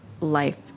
life